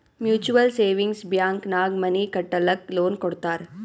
mutual savings bank ನಾಗ್ money ಕಟ್ಟಲಕ್ಕ್ loan ಕೊಡ್ತಾರ್